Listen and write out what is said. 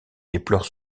déplore